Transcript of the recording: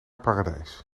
paradijs